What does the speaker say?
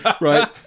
right